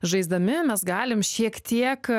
žaisdami mes galim šiek tiek